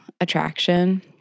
attraction